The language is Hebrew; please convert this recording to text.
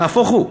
נהפוך הוא,